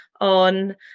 on